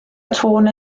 tôn